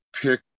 pick